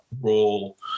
role